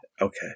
Okay